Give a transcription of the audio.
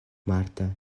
marta